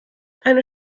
eine